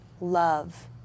love